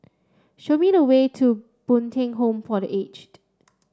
show me the way to Bo Tien Home for the Aged